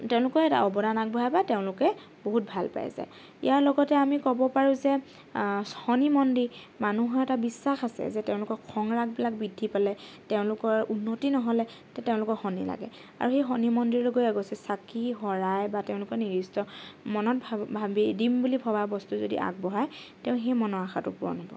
তেওঁলোকেও এটা অৱদান আগবঢ়াই বা তেওঁলোকে বহুত ভাল পায় যায় ইয়াৰ লগতে আমি ক'ব পাৰোঁ যে শনি মন্দিৰ মানুহৰ এটা বিশ্বাস আছে যে তেওঁলোকৰ খং ৰাগবিলাক বৃদ্ধি পালে তেওঁলোকৰ উন্নতি নহ'লে তে তেওঁলোকৰ শনি লাগে আৰু সেই শনি মন্দিৰলৈ গৈ এগছি চাকি শৰাই বা তেওঁলোকৰ নিৰ্দিষ্ট মনত ভাৱি দিম বুলি ভবা বস্তুটো যদি আগবঢ়াই তেওঁৰ সেই মনৰ আশাটো পূৰণ হ'ব